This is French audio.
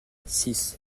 six